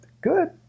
good